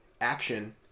action